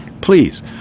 Please